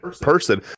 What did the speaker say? person